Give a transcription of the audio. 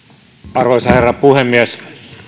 arvoisa herra puhemies